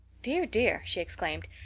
dear, dear, she exclaimed,